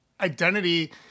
identity